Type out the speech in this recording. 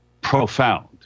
profound